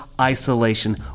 isolation